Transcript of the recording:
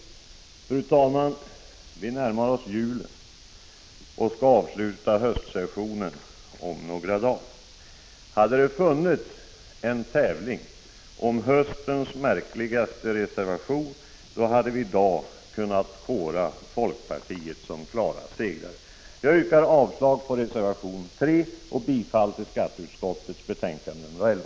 Fru talman! Vi närmar oss julen och skall avsluta höstsessionen om några dagar. Hade det funnits en tävling om höstens märkligaste reservation, då hade vi i dag kunnat kora folkpartiet till klar segrare. Jag yrkar avslag på reservation 3 och bifall till skatteutskottets hemställan i betänkande nr 11.